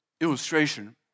illustration